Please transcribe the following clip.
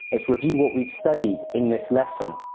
let's review what we've studied in this lesson.